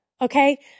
Okay